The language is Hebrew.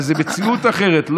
וזו מציאות אחרת,